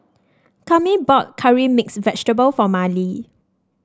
Cami bought Curry Mixed Vegetable for Marlee